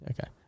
Okay